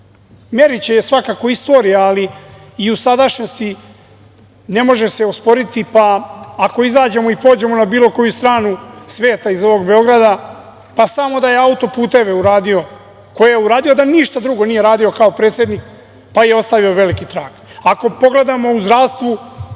Meriće je svakako istorija, ali i u sadašnjosti ne može se osporiti pa, ako izađemo i pođemo na bilo koju stranu sveta iz ovog Beograda, pa samo da je autoputeve uradio, koje je uradio, da ništa drugo nije radio kao predsednik, pa je ostavio veliki trag. Ako pogledamo u zdravstvu,